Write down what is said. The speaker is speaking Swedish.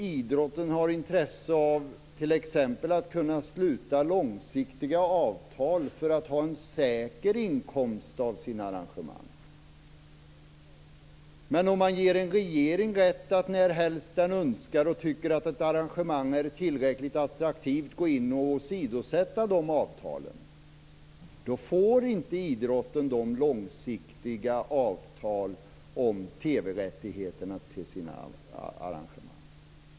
Idrotten har intresse av att t.ex. kunna sluta långsiktiga avtal för att ha en säker inkomst av sina arrangemang. Men om man ger en regering rätt att åsidosätta de avtalen närhelst den önskar och tycker att ett arrangemang är tillräckligt attraktivt så får inte idrotten långsiktiga avtal om TV-rättigheterna till sina arrangemang.